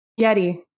Yeti